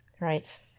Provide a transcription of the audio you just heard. right